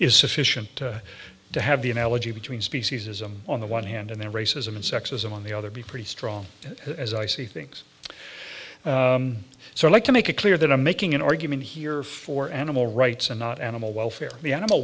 is sufficient to have the analogy between speciesism on the one hand and the racism and sexism on the other be pretty strong as i see things so i'd like to make it clear that i'm making an argument here for animal rights and not animal welfare the animal